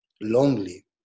lonely